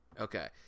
Okay